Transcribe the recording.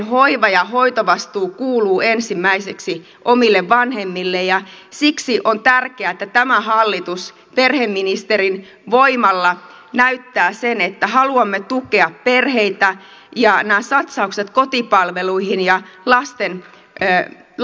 hoiva ja hoitovastuu kuuluu ensimmäiseksi omille vanhemmille ja siksi on tärkeää että tämä hallitus perheministerin voimalla näyttää sen että haluamme tukea perheitä ja nämä satsaukset kotipalveluihin ja lasten e l